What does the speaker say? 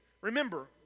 Remember